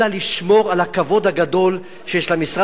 אלא לשמור על הכבוד הגדול שיש למשרה.